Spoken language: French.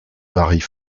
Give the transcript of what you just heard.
varient